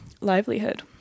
livelihood